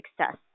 success